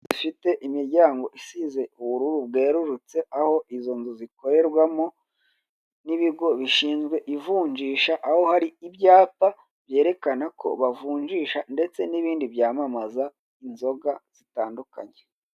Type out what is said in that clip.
Inzu zifite imiryango isize ubururu bwerurutse, aho izo nzu zikorerwamo n'ibigo bishinzwe ivunjisha aho ibyo bigo bifite ibyapa byerekana ko bavunjisha ndetse n'ibindi byamamaza inzoga zitandukanye.